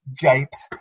japes